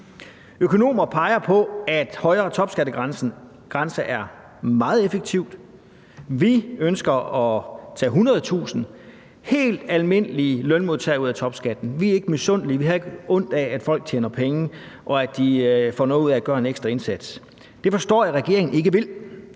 Økonomer peger på, at en højere topskattegrænse er meget effektivt. Vi ønsker at tage 100.000 helt almindelige lønmodtagere ud af at betale topskat. Vi er ikke misundelige; vi har ikke noget ondt af, at folk tjener penge, og at de får noget ud af at gøre en ekstra indsats. Det forstår jeg at regeringen ikke vil.